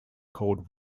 called